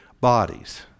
bodies